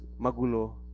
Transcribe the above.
magulo